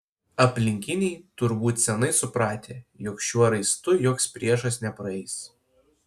aplinkiniai turbūt seniai supratę jog šiuo raistu joks priešas nepraeis